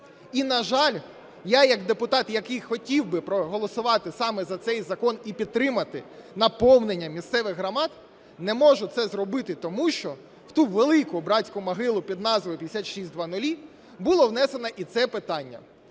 І, на жаль, я як депутат, який хотів би проголосувати саме за цей закон і підтримати наповнення місцевих громад, не можу це зробити тому, що в ту велику братську могилу під назвою 5600 було внесено і це питання.